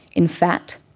in fact,